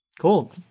Cool